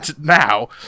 now